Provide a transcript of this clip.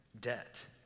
debt